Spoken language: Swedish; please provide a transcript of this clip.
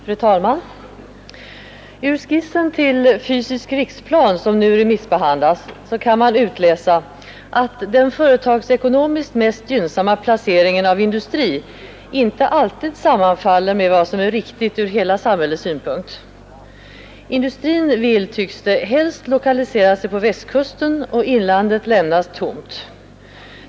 Fru talman! Ur skissen till fysisk riksplan, som nu remissbehandlas, kan man utläsa att den företagsekonomiskt mest gynnsamma placeringen av industri inte alltid sammanfaller med vad som är riktigt ur hela samhällets synpunkt. Industrin vill, tycks det, helst lokalisera sig på Västkusten, och inlandet lämnas tomt.